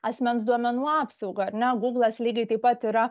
asmens duomenų apsaugą ar ne guglas lygiai taip pat yra